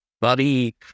Buddy